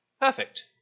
perfect